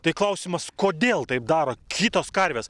tai klausimas kodėl taip daro kitos karvės